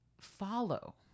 follow